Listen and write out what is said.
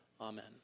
Amen